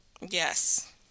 Yes